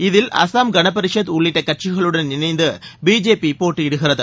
இதில் அசாம் கணபரிஷத் உள்ளிட்ட கட்சிகளுடன் இணைந்து பிஜேபி போட்டியிடுகிறது